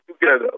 together